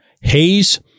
Hayes